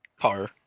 Car